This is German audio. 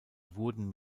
wurden